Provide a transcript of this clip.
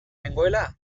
nengoela